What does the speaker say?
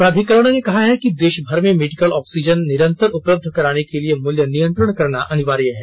प्राधिकरण ने कहा है कि देशभर में मेडिकल ऑक्सीजन निरंतर उपलब्ध कराने के लिए मुल्य नियंत्रण करना अनिवार्य है